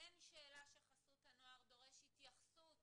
אין שאלה שחסות הנוער דורש התייחסות